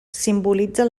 simbolitza